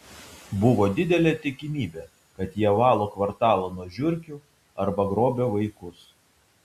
buvo didelė tikimybė kad jie valo kvartalą nuo žiurkių arba grobia vaikus